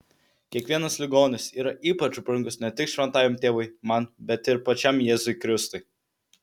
kiekvienas ligonis yra ypač brangus ne tik šventajam tėvui man bet ir pačiam jėzui kristui